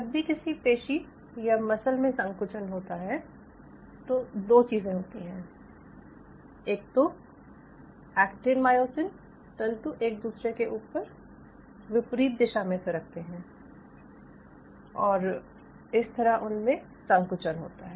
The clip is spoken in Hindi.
जब भी किसी पेशी या मसल में संकुचन होता है तो दो चीज़ें होती हैं एक तो एक्टीन मायोसिन तंतु एक दुसरे के ऊपर विपरीत दिशा में सरकते हैं और इस तरह उनमें संकुचन होता है